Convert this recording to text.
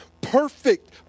perfect